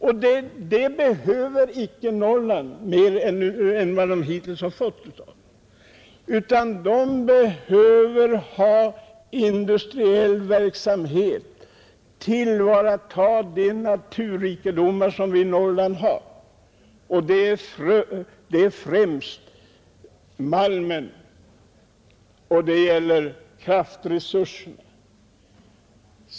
Sådana behöver inte Norrland mer än det hittills fått. Norrland behöver industriell verksamhet och att man tillvaratar de naturrikedomar som vi har i Norrland, främst malmen och kraftresurserna.